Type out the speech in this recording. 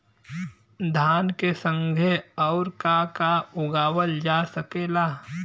धान के संगे आऊर का का उगावल जा सकेला?